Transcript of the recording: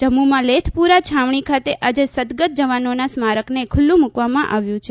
જમ્મુમાં લેથપુરા છાવણી ખાતે આજે સદગત જવાનોના સ્મારકને ખુલ્લું મૂકવામાં આવ્યું છે